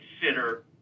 consider